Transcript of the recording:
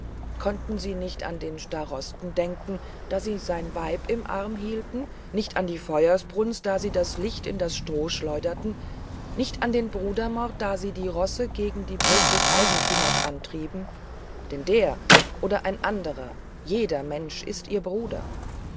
konnten sie nicht an den starosten denken da sie sein weib im arm hielten nicht an die feuersbrunst da sie das licht in das stroh schleuderten nicht an den brudermord da sie die rosse gegen die brust des eigentümers antrieben denn der oder ein anderer jeder mensch ist ihr bruder